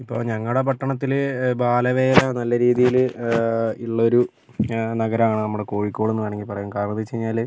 ഇപ്പോൾ ഞങ്ങളുടെ പട്ടണത്തിൽ ബാലവേല നല്ലരീതിയിൽ ഉള്ളൊരു നഗരമാണ് നമ്മുടെ കോഴിക്കോട് എന്നുവേണമെങ്കിൽ പറയാം കരണമെന്താണെന്ന് വെച്ചു കഴിഞ്ഞാൽ